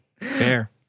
Fair